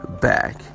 back